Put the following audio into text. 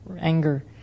anger